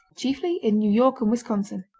chiefly in new york and wisconsin.